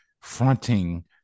fronting